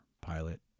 pilot